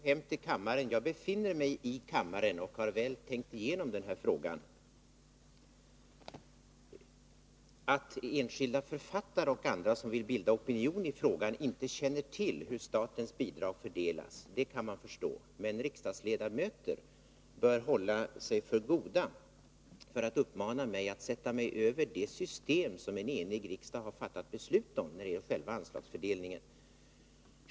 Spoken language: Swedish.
Herr talman! Jag behöver inte gå hem till kammaren — jag befinner mig i kammaren och har väl tänkt igenom den här frågan. Att enskilda författare och andra som vill bilda opinion i frågan inte känner till hur statens bidrag fördelas kan jag förstå. Men riksdagsledamöter bör hålla sig för goda för att uppmana mig att sätta mig över det system som en enig riksdag har fattat beslut om när det gäller själva anslagsfördelningen.